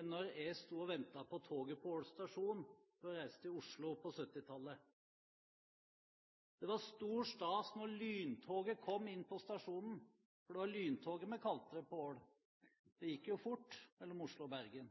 enn da jeg sto og ventet på toget på Ål stasjon for å reise til Oslo på 1970-tallet. Det var stor stas når lyntoget kom inn på stasjonen, for det var lyntoget vi kalte det på Ål. Det gikk jo fort mellom Oslo og Bergen.